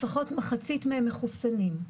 לפחות מחצית מהם מחוסנים.